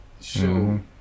Sure